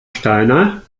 steiner